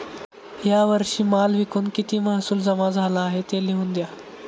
या वर्षी माल विकून किती महसूल जमा झाला आहे, ते लिहून द्या